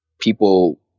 people